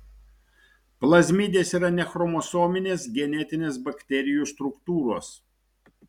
plazmidės yra nechromosominės genetinės bakterijų struktūros